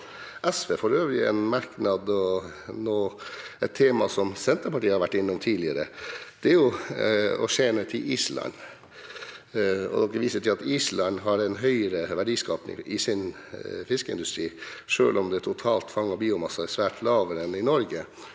SV – for øvrig en merknad om et tema Senterpartiet har vært innom tidligere – som handler om å skjele til Island. En viser til at Island har en høyere verdiskaping i sin fiskeindustri, selv om den totale mengden fanget biomasse er svært mye lavere enn i Norge.